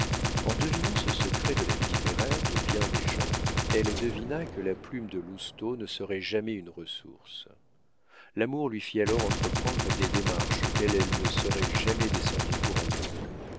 en devinant ce secret de la vie littéraire de bien des gens elle devina que la plume de lousteau ne serait jamais une ressource l'amour lui fit alors entreprendre des démarches auxquelles elle ne serait jamais descendue pour elle-même